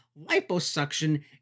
liposuction